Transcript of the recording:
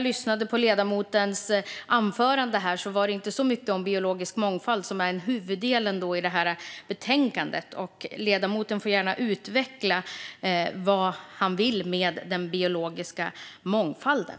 Ledamoten sa inte så mycket om biologisk mångfald i sitt anförande trots att det är huvudämnet för betänkandet. Ledamoten får gärna utveckla vad han vill med den biologiska mångfalden.